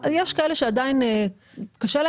יש כאלה שעדיין מתקשים.